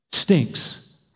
stinks